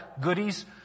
goodies